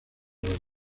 los